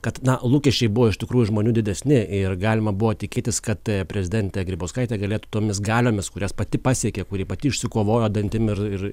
kad lūkesčiai buvo iš tikrųjų žmonių didesni ir galima buvo tikėtis kad prezidentė grybauskaitė galėtų tomis galiomis kurias pati pasiekė kuri pati išsikovojo dantim ir ir